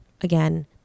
again